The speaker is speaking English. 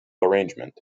arrangement